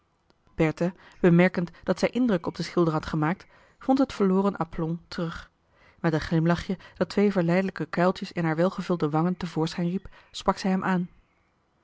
bemerkend dat zij indruk op den schilder had gemaakt vond het verloren aplomb terug met een glimlachje dat twee verleidelijke kuiltjes in haar welgevulde wangen te voorschijn riep sprak zij hem aan